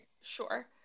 Sure